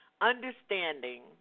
understanding